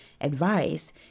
advice